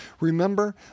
Remember